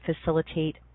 facilitate